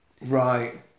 Right